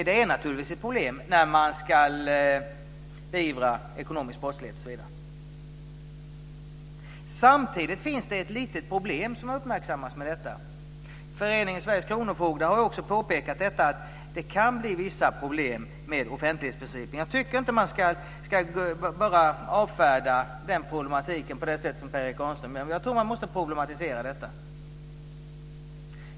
Det är naturligtvis ett problem när man ska beivra ekonomisk brottslighet osv. Samtidigt finns det ett litet problem med detta som har uppmärksammats. Föreningen Sveriges Kronofogdar har påpekat att det kan bli vissa problem med offentlighetsprincipen. Jag tycker inte att man bara ska avfärda den problematiken på det sätt som Jag tror att man måste problematisera detta.